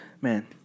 man